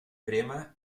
prémer